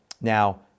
Now